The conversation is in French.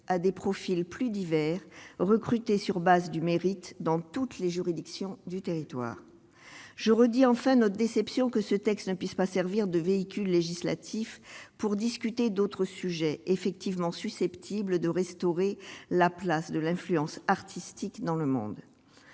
à des profils plus divers recrutés sur base du mérite dans toutes les juridictions du territoire je redis en fait notre déception que ce texte ne puisse pas servir de véhicule législatif pour discuter d'autres sujets effectivement susceptibles de restaurer la place de l'influence artistique dans le monde,